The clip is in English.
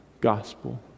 Gospel